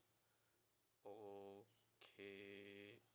okay